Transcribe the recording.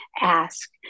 ask